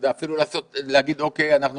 אפילו להגיד אוקיי, אנחנו